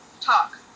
talk